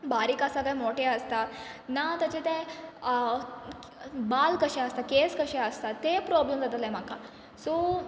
बारीक आसा काय मोठे आसता ना ताचे ते बाल कशें आसता केंस कशें आसता ते प्रॉब्लम जाताले म्हाका सो